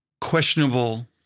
questionable